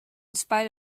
spite